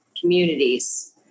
communities